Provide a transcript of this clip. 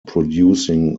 producing